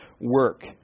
work